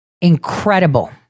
incredible